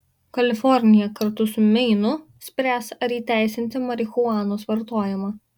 kalifornija kartu su meinu spręs ar įteisinti marihuanos vartojimą